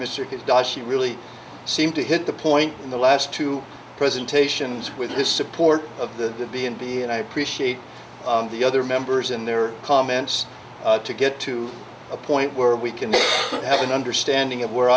dicey really seem to hit the point in the last two presentations with his support of the b and b and i appreciate the other members in their comments to get to a point where we can have an understanding of where